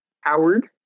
Howard